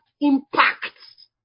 impacts